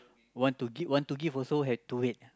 want to give want to give also have to wait